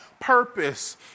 purpose